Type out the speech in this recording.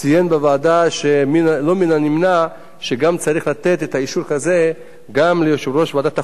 ציין בוועדה שלא מן הנמנע שצריך לתת אישור כזה גם ליושב-ראש ועדת החוקה,